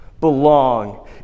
belong